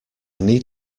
need